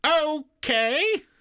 okay